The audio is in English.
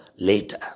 later